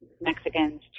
Mexicans